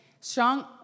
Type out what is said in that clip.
Strong-